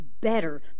better